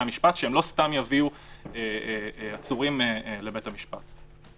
המשפט שהם לא סתם יביאו עצורים לבית המשפט.